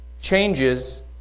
changes